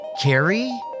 Carrie